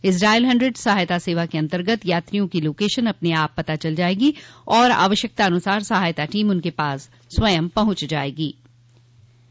इस dial hundred सहायता सेवा के अन्तर्गत यात्रियों की लोकेशन अपने आप पता चल जायेगी तथा आवश्यकतानुसार सहायता टीम उनके पास स्वयं पहुंच जायेगो